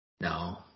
No